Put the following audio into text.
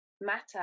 matter